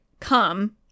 Come